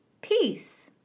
Peace